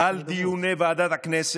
על דיוני ועדת הכנסת,